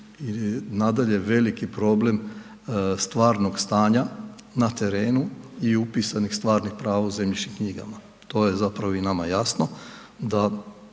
nadalje veliki problem stvarnog stanja na terenu i upisanih stvarnih prava u zemljišnim knjigama. To je zapravo i nama jasno da